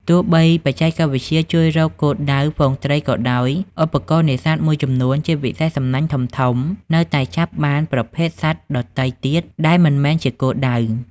ទោះបីបច្ចេកវិទ្យាជួយរកគោលដៅហ្វូងត្រីក៏ដោយ ឧបករណ៍នេសាទមួយចំនួន ជាពិសេសសំណាញ់ធំៗ នៅតែចាប់បានប្រភេទសត្វដទៃទៀតដែលមិនមែនជាគោលដៅ។